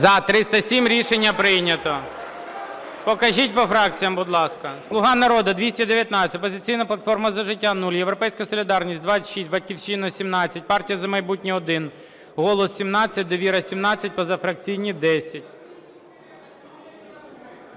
За-307 Рішення прийнято. Покажіть по фракціях, будь ласка. "Слуга народу" – 219, "Опозиційна платформа – За життя" – 0, "Європейська солідарність" – 26, "Батьківщина" – 17, "Партія "За майбутнє" – 1, "Голос" – 17, "Довіра" – 17, позафракційні – 10.